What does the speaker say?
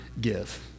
give